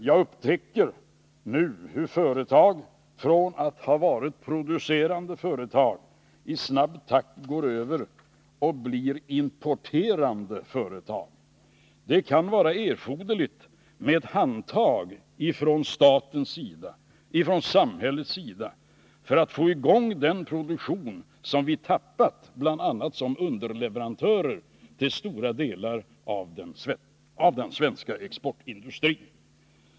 Jag upptäcker nu hur företag från att ha varit producerande företag i snabb takt går över till att bli importerande företag. Det kan vara erforderligt med ett handtag från samhällets sida för att få i gång den produktion som vi tappat, bl.a. som underleverantör till stora delar av den svenska exportindustrin.